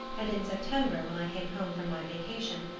and in september, when i came home from my vacation,